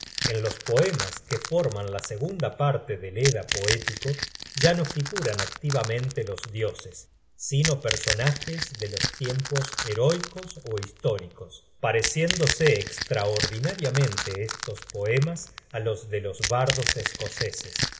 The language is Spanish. en los poemas que forman la segunda parte del edda poético ya no figuran activamente los dioses sino personajes de los tiempos heroicos ó históricos pareciéndose estraordinariamente estos poemas á los de los bardos escoceses